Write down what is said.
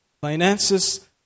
finances